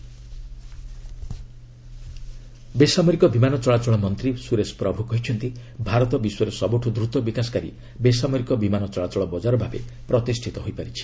ପ୍ରଭୁ aviation market ବେସାମରିକ ବିମାନ ଚଳାଚଳ ମନ୍ତ୍ରୀ ସୁରେଶ ପ୍ରଭୁ କହିଛନ୍ତି ଭାରତ ବିଶ୍ୱରେ ସବୁଠୁ ଦ୍ରୁତ ବିକାଶକାରୀ ବେସାମରିକ ବିମାନ ଚଳାଚଳ ବଜାର ଭାବେ ପ୍ରତିଷ୍ଠିତ ହୋଇପାରିଛି